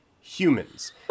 humans